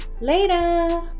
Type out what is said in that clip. Later